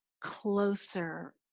closer